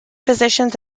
positions